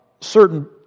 Certain